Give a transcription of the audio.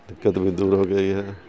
دقت بھی دور ہو گئی ہے